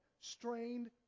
strained